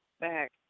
back